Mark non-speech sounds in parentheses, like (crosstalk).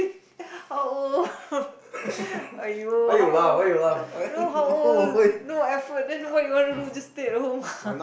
(laughs) how old (laughs) !aiyo! how old no how old no effort then what you wanna do just stay at home ah